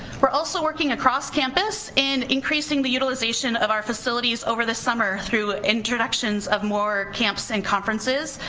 we're also working across campus and increasing the utilization of our facilities, over the summer, through introductions of more camps and conferences,